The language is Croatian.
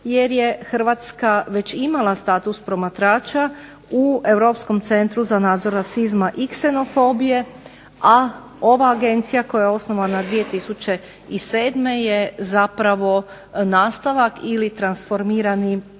jer je Hrvatska već imala status promatrača u Europskom centru za nadzor rasizma i ksenofobije, a ova Agencija koja osnovana 2007. je zapravo nastavak ili transformirani